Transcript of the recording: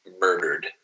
murdered